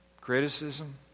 criticism